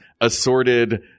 assorted